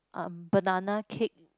um banana cake